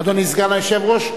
אדוני סגן היושב-ראש,